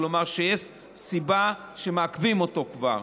כלומר שיש סיבה שמעכבים אותו כבר,